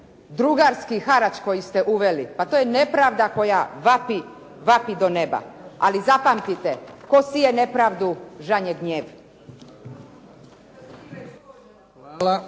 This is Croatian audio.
drugarski harač koji ste uveli pa to je nepravda koja vapi do neba. Ali zapamtite, tko sije nepravdu žanje gnjev.